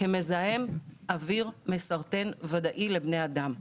כמזהם אוויר מסרטן ודאי לבני אדם.